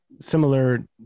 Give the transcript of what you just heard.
similar